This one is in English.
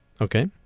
Okay